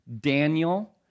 Daniel